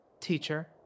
Teacher